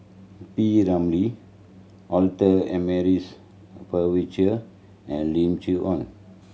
P Ramlee Arthur Ernest and Lim Chee Onn